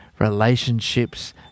relationships